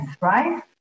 right